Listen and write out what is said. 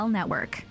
Network